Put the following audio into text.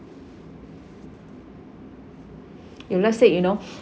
if let's say you know